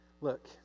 look